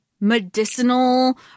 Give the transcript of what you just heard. medicinal